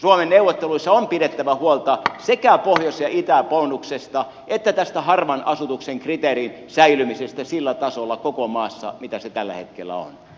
suomen neuvotteluissa on pidettävä huolta sekä pohjois ja itäbonuksesta että tästä harvan asutuksen kriteerin säilymisestä sillä tasolla koko maassa mitä se tällä hetkellä on